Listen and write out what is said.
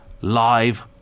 live